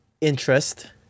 interest